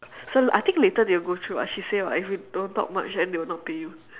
so I think later they will go through what she say [what] if you don't talk much then they will not pay you